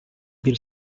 bir